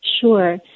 Sure